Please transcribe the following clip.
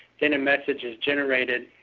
then a message is generated,